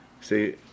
See